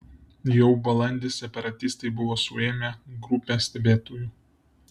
jau balandį separatistai buvo suėmę grupę stebėtojų